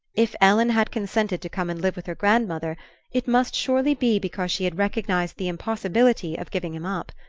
if ellen had consented to come and live with her grandmother it must surely be because she had recognised the impossibility of giving him up.